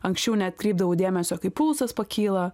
anksčiau neatkreipdavau dėmesio kai pulsas pakyla